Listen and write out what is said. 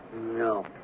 No